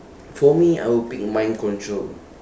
for me I will pick mind control